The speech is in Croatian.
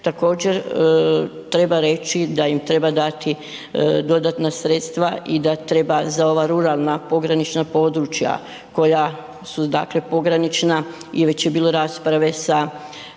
Također treba reći da im treba dati dodatna sredstva i da treba za ova ruralna pogranična područja koja su dakle pogranična i već je bilo rasprave sa